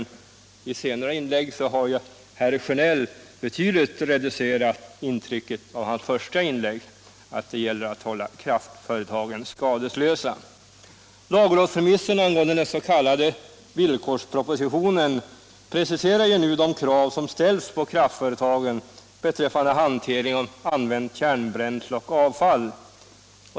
I sitt senaste inlägg reducerade ju herr Sjönell betydligt det intryck man fick av hans första påstående, när det gällde att hålla kraftföretagen skadeslösa. Lagrådsremissen av den s.k. villkorspropositionen preciserar nu de krav som ställs på kraftföretagen när det gäller hanteringen av använt kärnbränsle och avfall.